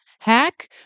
Hack